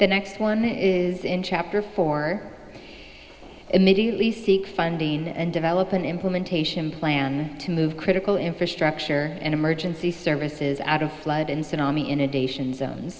the next one is in chapter four immediately seek funding and develop an implementation plan to move critical infrastructure and emergency services out of flood and